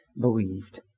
believed